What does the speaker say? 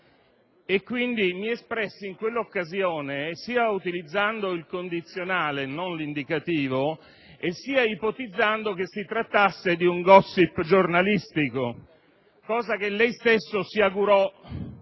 e mi espressi, in quell'occasione, sia utilizzando il condizionale e non l'indicativo, sia ipotizzando che si trattasse di un *gossip* giornalistico, ciò che lei stesso si augurò